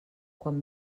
quan